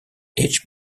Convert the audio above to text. each